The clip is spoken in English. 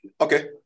Okay